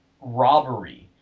robbery